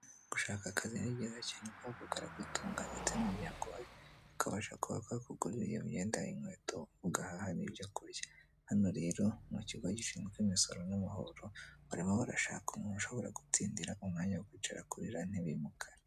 Gushaka akazi ni byiza cyane kuko karagutunga ndetse n'umuryango wawe ukabasha kuba wakigurarira iyo myenda y'inkweto ugahaha ibyo kurya ,hano rero mu kigo gishinzwe imisoro n'amahoro barimo barashaka umuntu ushobora gutsindira umwanya kwicara kuri ya ntebe yumukara.